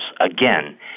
again